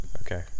Okay